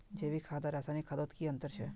जैविक खाद आर रासायनिक खादोत की अंतर छे?